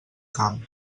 camp